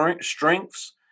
strengths